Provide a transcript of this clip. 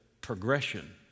progression